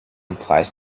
applies